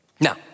Now